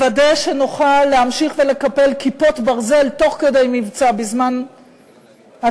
לוודא שנוכל להמשיך ולקבל "כיפות ברזל" תוך כדי מבצע בזמן הצורך,